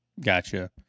Gotcha